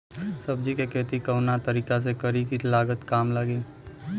सब्जी के खेती कवना तरीका से करी की लागत काम लगे?